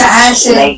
Fashion